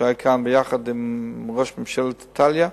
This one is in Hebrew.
שהיה כאן יחד עם ראש ממשלת איטליה.